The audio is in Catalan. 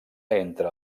entre